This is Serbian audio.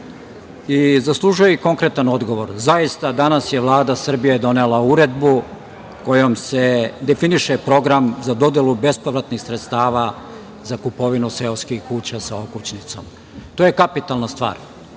i zaslužuje i konkretan odgovor. Zaista, danas je Vlada Srbije donela uredbu kojom se definiše program za dodelu bespovratnih sredstava za kupovinu seoskih kuća sa okućnicom. To je kapitalna stvar.